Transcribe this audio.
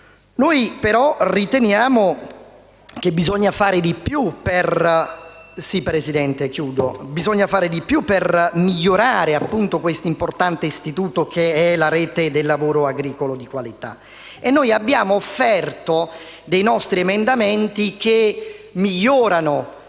Noi però riteniamo che si debba fare di più per migliorare questo importante istituto che è la Rete del lavoro agricolo di qualità. Pertanto, abbiamo offerto i nostri emendamenti che migliorano